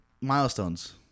milestones